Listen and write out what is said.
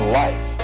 life